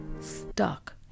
stuck